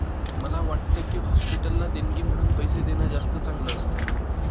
मला वाटतं की, हॉस्पिटलला देणगी म्हणून पैसे देणं जास्त चांगलं असतं